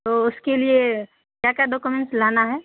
تو اس کے لیے کیا کیا ڈاکومنٹس لانا ہے